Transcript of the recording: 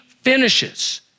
finishes